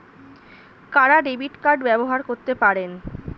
কারা debit card ব্যবহার করতে পারেন?